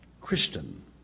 christian